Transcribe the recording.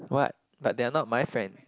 what but they are not my friend